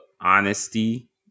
honesty